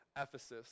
Ephesus